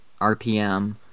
rpm